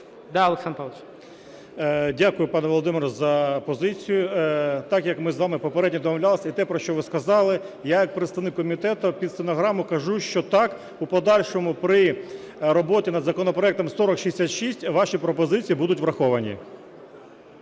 Дякую, пане Володимире за позицію. Так, як ми з вами попередньо домовлялися, і те про що ви сказали, я як представник комітету під стенограму кажу, що так, у подальшому при роботі над законопроектом 4066 ваші пропозиції будуть враховані.